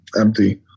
empty